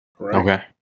Okay